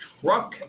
truck